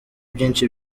byinshi